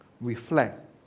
Reflect